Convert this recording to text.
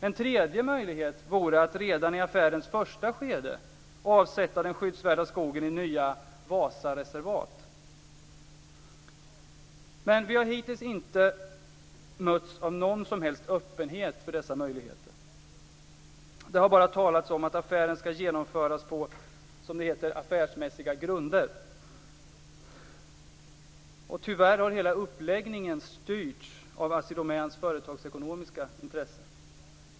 En tredje möjlighet vore att redan i affärens första skede avsätta den skyddsvärda skogen i nya Vi har hittills inte mötts av någon som helst öppenhet för dessa möjligheter. Det har bara talats om att affären skall genomföras på, som det heter, affärsmässiga grunder. Tyvärr har hela uppläggningen styrts av Assi Domäns företagsekonomiska intressen.